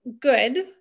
good